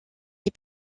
les